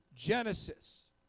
Genesis